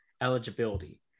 eligibility